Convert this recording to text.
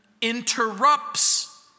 interrupts